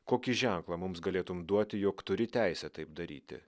kokį ženklą mums galėtum duoti jog turi teisę taip daryti